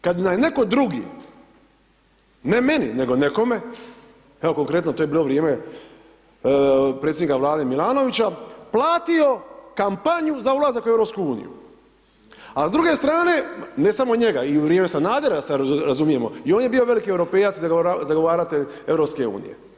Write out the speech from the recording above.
Kad bi nam neko drugi, ne meni nego nekome, evo konkretno to je bilo u vrijeme predsjednika vlade Milanovića, platio kampanju za ulazak u EU, a s druge strane, ne samo njega i u vrijeme Sanadera da se razumijemo i on je bio veliki europejac zagovaratelj EU.